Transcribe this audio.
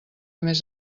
més